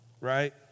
right